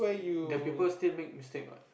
the people still make mistake what